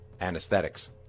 anesthetics